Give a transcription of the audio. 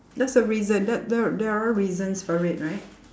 that's the reason that there there are reasons for it right